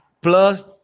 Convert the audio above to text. plus